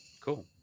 Cool